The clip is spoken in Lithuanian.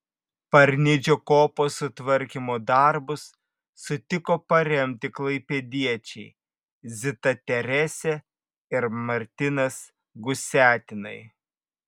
parnidžio kopos sutvarkymo darbus sutiko paremti klaipėdiečiai zita teresė ir martinas gusiatinai